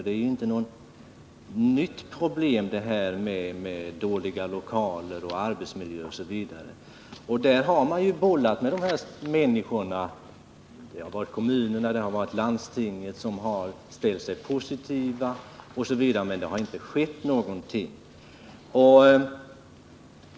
Det är inte något nytt med dåliga lokaler, arbetsmiljöer osv. Man har bollat med dessa människor. Kommunerna och landstinget har ställt sig positiva, men det har inte skett någonting.